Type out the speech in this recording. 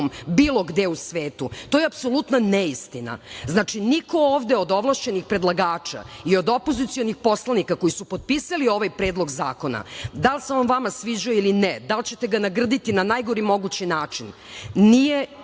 bilo gde u svetu? To je apsolutna neistina. Znači, niko ovde od ovlašćenih predlagača i od opozicionih poslanika koji su potpisali ovaj predlog zakona da li se on vama sviđao ili ne, da li ćete ga nagrditi na najgori mogući način, nije